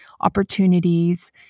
opportunities